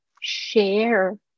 share